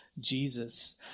Jesus